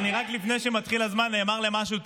אישה הזויה, אישה הזויה, את אישה הזויה.